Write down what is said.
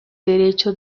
derecho